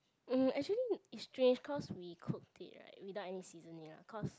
mm actually it's strange cause we cooked it right without any seasoning lah cause